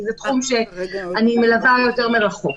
כי זה תחום שאני מלווה יותר מרחוק.